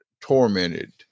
tormented